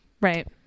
right